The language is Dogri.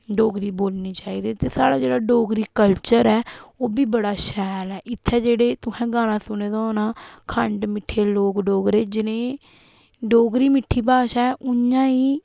डोगरी बोलनी चाहिदी ते साढ़ा जेह्ड़ा डोगरी कल्चर ऐ उब्बी बड़ा शैल ऐ इत्थै जेह्ड़े तुसें गाना सुने दा होना खंड मिट्ठे लोक डोगरे जनेही डोगरी मिट्ठी भाशा ऐ उयां ई